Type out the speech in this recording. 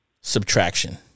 Subtraction